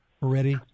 ready